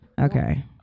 Okay